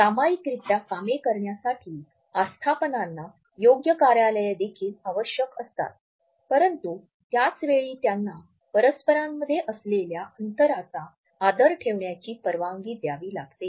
सामायिकरित्या कामे करण्यासाठी आस्थापनांना योग्य कार्यालये देखील आवश्यक असतात परंतु त्याच वेळी त्यांना परस्परांमध्ये असलेल्या अंतराचा आदर ठेवण्याची परवानगी द्यावी लागते